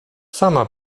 sama